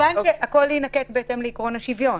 אבל כמובן שהכול ייעשה בהתאם לעקרון השוויון.